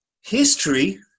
history